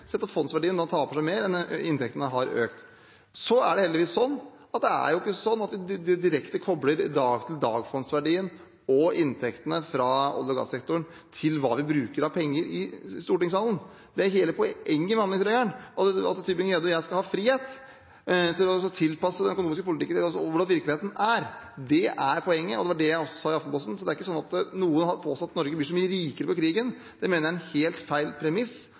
sett at fondsverdien taper seg mer enn inntektene har økt. Så er det heldigvis ikke sånn at man direkte kobler dag til dag-fondsverdien og inntektene fra olje- og gassektoren til hva vi bruker av penger i stortingssalen. Det er hele poenget med handlingsregelen – at representanten Tybring-Gjedde og jeg skal ha frihet til å tilpasse den økonomiske politikken til hvordan virkeligheten er. Det er poenget, og det var det jeg sa i Aftenposten. Det er ikke sånn at noen har påstått at Norge blir så mye rikere på krigen. Det mener jeg er helt feil premiss